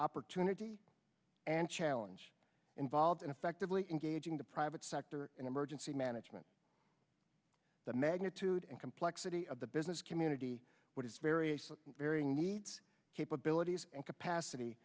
opportunity and challenge involved in effectively engaging the private sector in emergency management the magnitude and complexity of the business community what is variously varying needs capabilities and capacity